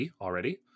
already